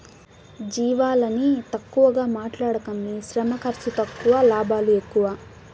జీవాలని తక్కువగా మాట్లాడకమ్మీ శ్రమ ఖర్సు తక్కువ లాభాలు ఎక్కువ